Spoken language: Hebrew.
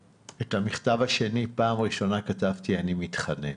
במכתב השני פעם ראשונה אני כתבתי 'אני מתחנן'.